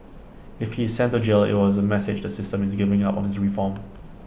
if he is sent to jail IT was A message the system is giving up on his reform